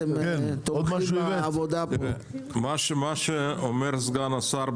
מה שאומר סגן השר,